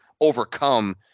overcome